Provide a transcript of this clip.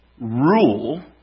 rule